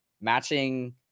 matching